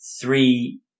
three